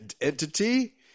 entity